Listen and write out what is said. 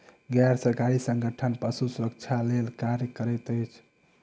गैर सरकारी संगठन पशु सुरक्षा लेल कार्य करैत अछि